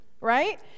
Right